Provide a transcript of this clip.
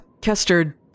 Kester